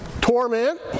torment